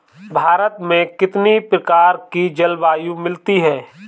भारत में कितनी प्रकार की जलवायु मिलती है?